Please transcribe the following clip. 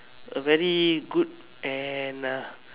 a very good and uh